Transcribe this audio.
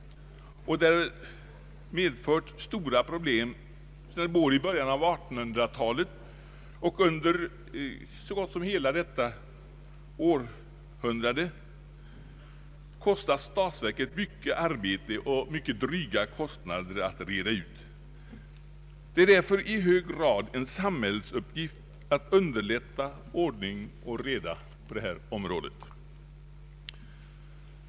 Detta har medfört stora problem som det både i början av 1800-talet och under innevarande århundrade kostat statsverket mycket arbete och dryga kostnader att reda ut. Det är därför i hög grad en samhällsuppgift att underlätta ordning och reda på det här området.